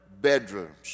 bedrooms